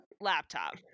laptop